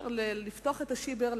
אי-אפשר לפתוח את ה"שיבר",